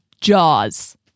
Jaws